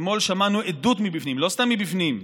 אתמול שמענו עדות מבפנים, ולא סתם מבפנים,